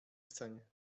chcenie